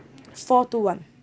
four two one